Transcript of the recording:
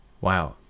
wow